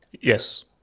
Yes